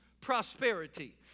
prosperity